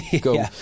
go